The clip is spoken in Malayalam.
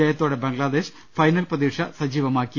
ജയത്തോടെ ബംഗ്ലാദേശ് ഫൈനൽ പ്രതീക്ഷ സജീവ മാക്കി